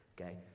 okay